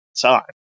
time